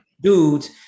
dudes